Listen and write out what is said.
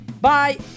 Bye